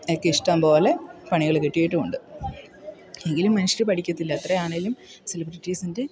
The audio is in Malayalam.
എനിക്കിഷ്ടംപോലെ പണികൾ കിട്ടിയിട്ടുമുണ്ട് എങ്കിലും മനുഷ്യർ പഠിക്കത്തില്ല അത്രയാണെങ്കിലും സെലിബ്രിറ്റീസിൻ്റെ